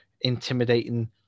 intimidating